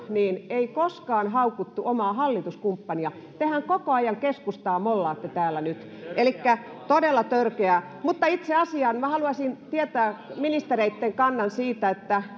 ei ole koskaan haukuttu omaa hallituskumppania tehän koko ajan keskustaa mollaatte täällä nyt elikkä todella törkeää mutta itse asiaan minä haluaisin tietää ministereitten kannan siitä